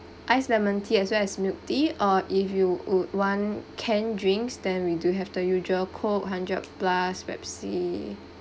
ice lemon tea as well as milk tea uh if you would want canned drinks then we do have the usual Coke Hundred Plus Pepsi